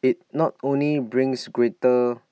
IT not only brings greater